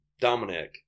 Dominic